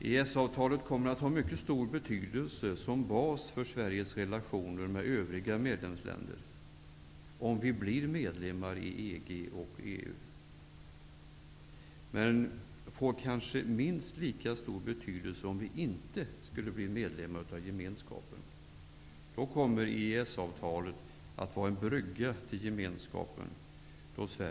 EES-avtalet kommer att ha en mycket stor betydelse som bas för Sveriges relationer till övriga medlemsländer om vi blir medlemmar i EG/EU, men får kanske en minst lika stor betydelse om vi inte blir medlemmar i gemenskapen. Då kommer EES-avtalet att för Sverige vara en brygga till gemenskapen.